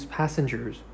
passengers